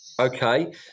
Okay